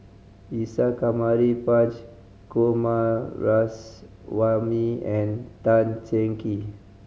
Isa Kamari Punch Coomaraswamy and Tan Cheng Kee